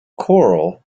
coral